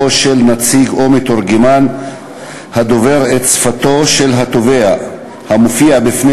של נציג או מתורגמן הדובר את שפתו של התובע המופיע בפני